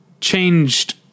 changed